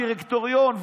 הדירקטוריון,